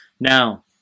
Now